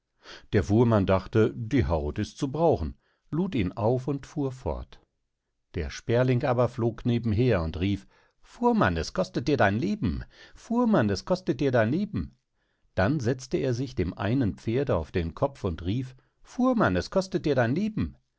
der fuhrmann dachte die haut ist zu brauchen lud ihn auf und fuhr fort der sperling aber flog nebenher und rief fuhrmann es kostet dir dein leben fuhrmann es kostet dir dein leben dann setzte er sich dem einen pferde auf den kopf und rief fuhrmann es kostet dir dein leben